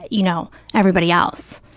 you know, everybody else.